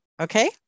Okay